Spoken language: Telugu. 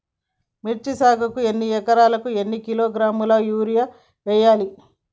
మిర్చి సాగుకు ఎకరానికి ఎన్ని కిలోగ్రాముల యూరియా వేయాలి?